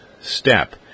step